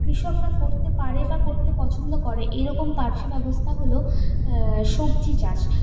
কৃষকরা করতে পারে বা করতে পছন্দ করে এরকম পার্শ্বব্যবস্থা হল সবজি চাষ